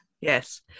yes